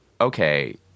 okay